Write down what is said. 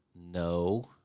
no